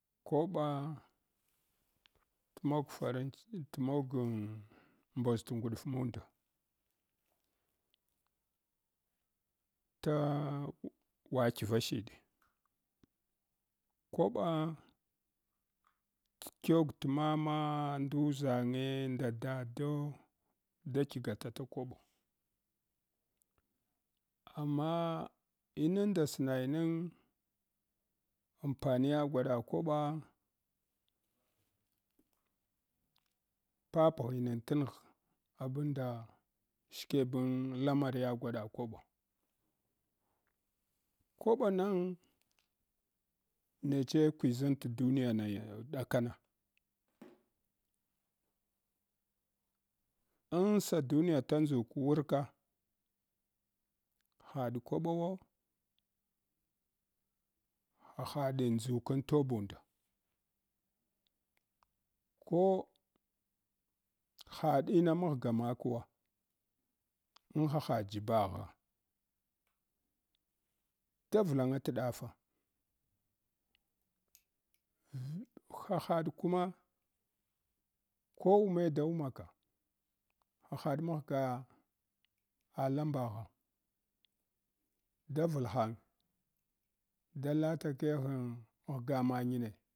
Koɓa tmog faranki tarogan mboʒtgudʒ munda ta wadqiva shid. Kwaba qogtmama nduʒange nda dado da qgatata kobo amma inunda snayinig ampaniya gwada kwaba papghinma tingh abunda shikebn lamaniya gwada kwabo. Kwaba nana nale kwiʒin tan duniyana dakona an saduniya ta nduke wurka haɗ kwɓawo hahade ndukan tobunda ko hadin mahga makwa an hahad jibaghe tarlanar dafa hahad kuma ko wume ko da wumdka hahad magha alambagha a vulhang a lata keghen ghga mangne.